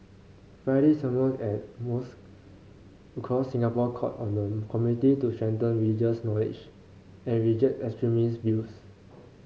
Friday sermons at mosques across Singapore called on the community to strengthen religious knowledge and reject extremist views